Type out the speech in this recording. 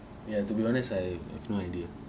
ya to be honest I have no idea